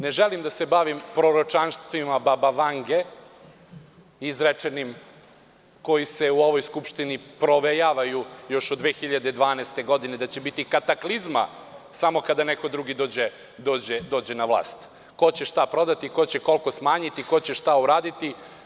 Ne želim da se bavim proročanstvima „baba Vange“ izrečenim u ovoj Skupštini, a koja provejavaju još od 2012. godine da će biti kataklizma samo kada neko drugi dođe na vlast, ko će šta prodati, ko će koliko smanjiti, ko će šta uraditi.